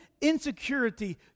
insecurity